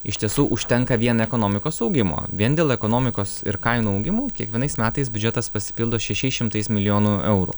iš tiesų užtenka vien ekonomikos augimo vien dėl ekonomikos ir kainų augimų kiekvienais metais biudžetas pasipildo šešiais šimtais milijonų eurų